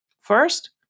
First